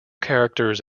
characters